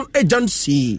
agency